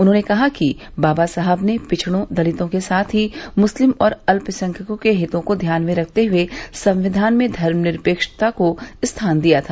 उन्होंने कहा कि बाबा साहब ने पिछड़ों दलितों के साथ ही मुस्लिम और अल्पसंख्यकों के हितों को ध्यान में रखते हुए संविधान में धर्मनिरपेक्षता को स्थान दिया था